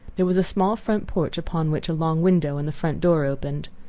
there was a small front porch, upon which a long window and the front door opened.